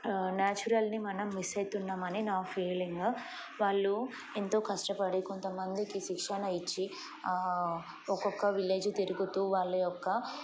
నాన్చురల్ని మనం మిస్ అయితున్నామని నా ఫీలింగ్ వాళ్ళు ఎంతో కష్టపడి కొంతమందికి శిక్షణ ఇచ్చి ఒక్కొక్క విలేజ్ తిరుగుతూ వాళ్ళ యొక్క